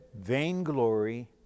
vainglory